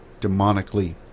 demonically